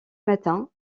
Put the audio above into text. matin